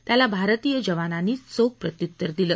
त्याला भारतीय जवानांनी चोख प्रत्युत्तर दिलं